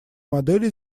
модели